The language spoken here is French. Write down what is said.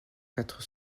quatre